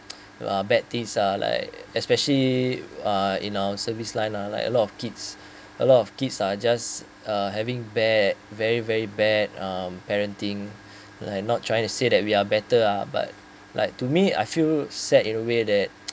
uh bad deeds uh like especially uh in our service line lah like a lot of kids a lot of kids uh just uh having bad very very bad um parenting like not trying to say that we are better uh but like to me I feel sad in a way that